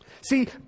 See